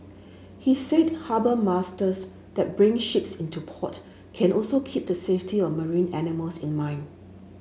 he said harbour masters that bring ships into port can also keep the safety of marine animals in mind